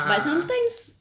a'ah ah